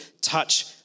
touch